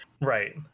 Right